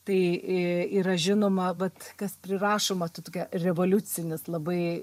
tai e yra žinoma vat kas prirašoma ta tokia revoliucinis labai